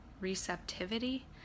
receptivity